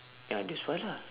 ya that's why lah